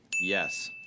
yes